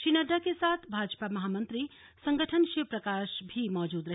श्री नड्डा के साथ भाजपा महामंत्री संगठन शिव प्रकाश भी मौजूद रहे